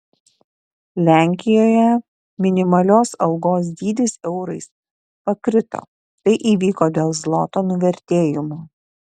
lenkijoje minimalios algos dydis eurais pakrito tai įvyko dėl zloto nuvertėjimo